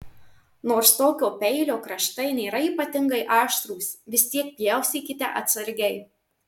nors tokio peilio kraštai nėra ypatingai aštrūs vis tiek pjaustykite atsargiai